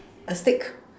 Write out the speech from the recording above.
a steak